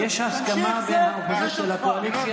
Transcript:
יש הסכמה בין האופוזיציה לקואליציה?